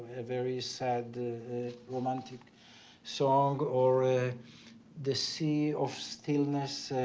a very sad romantic song or ah the sea of stillness